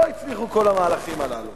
לא הצליחו כל המהלכים הללו